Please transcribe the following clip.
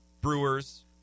Brewers